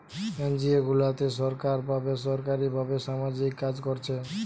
NGO গুলাতে সরকার বা বেসরকারী ভাবে সামাজিক কাজ কোরছে